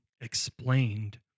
explained